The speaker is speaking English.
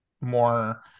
more